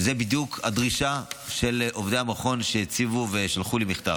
שזו בדיוק הדרישה של עובדי המכון שהציבו ושלחו לי מכתב.